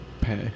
Pay